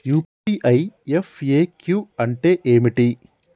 UPI FAQ అంటే ఏమిటి?